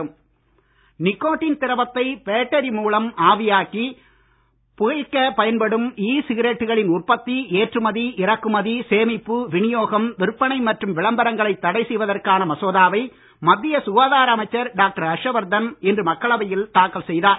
இ cigarette nicotine திரவத்தை battery மூலம் ஆவியாக்கி புகைக்கப் பயன்படும் இ சிகரெட்டுகளின் உற்பத்தி எற்றுமதி இறக்குமதி சேமிப்பு விநியோகம் விற்பனை மற்றும் விளம்பரங்களை தடை செய்வதற்கான மசோதாவை மத்திய சுகாதார அமைச்சர் டாக்டர் ஹர்ஷ்வர்தன் இன்று மக்களவையில் தாக்கல் செய்தார்